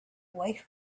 wife